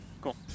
Cool